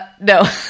No